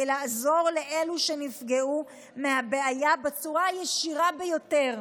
לעזור לאלו שנפגעו מהבעיה בצורה הישירה ביותר.